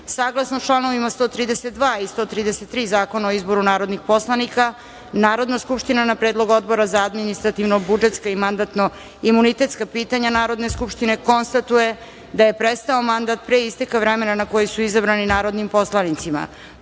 ostavki. Saglasno članovima 132. i 133. Zakona o izboru narodnih poslanika, Narodna skupština na predlog Odbora za administrativno-budžetska i mandatno-imunitetska pitanja Narodne skupštine konstatuje da je prestao mandat pre isteka vremena na koji su izabrani narodnim poslanicima